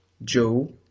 Joe